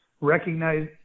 recognize